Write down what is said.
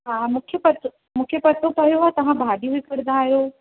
हा मूंखे पत मूंखे पतो पियो आहे तव्हां भाॼियूं विकिणींदा आहियो